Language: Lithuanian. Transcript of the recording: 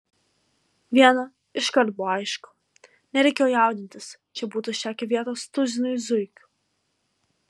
viena iškart buvo aišku nereikėjo jaudintis čia būtų užtekę vietos tuzinui zuikių